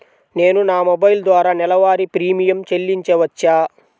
నేను నా మొబైల్ ద్వారా నెలవారీ ప్రీమియం చెల్లించవచ్చా?